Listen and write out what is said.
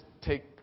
take